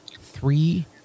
three